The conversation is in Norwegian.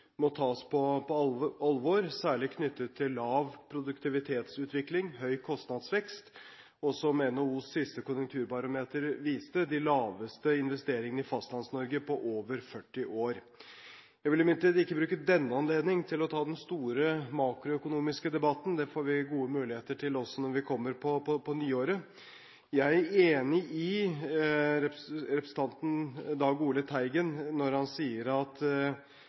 må tas på alvor, særlig knyttet til lav produktivitetsutvikling, høy kostnadsvekst, og – som NHOs siste konjunkturbarometer viste – de laveste investeringene i Fastlands-Norge på over 40 år. Jeg vil imidlertid ikke bruke denne anledning til å ta den store makroøkonomiske debatten. Det får vi gode muligheter til også når vi kommer på nyåret. Jeg er enig med representanten Dag Ole Teigen når han sier at